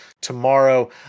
tomorrow